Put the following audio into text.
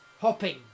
hopping